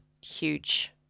huge